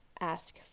Ask